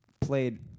played